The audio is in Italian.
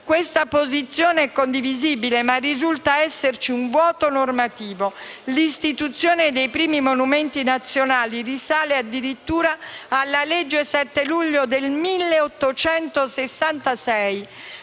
Questa posizione è condivisibile, ma risulta esserci un vuoto normativo. L'istituzione dei primi monumenti nazionali risale addirittura alla legge n. 3096 del 7